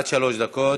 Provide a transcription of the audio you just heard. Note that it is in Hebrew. עד שלוש דקות.